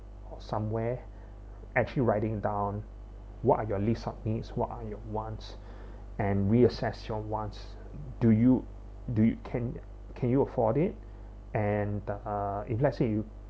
or somewhere actually writing down what are your list of needs what are your wants and reassess your wants do you do you can can you afford it and uh if let's say you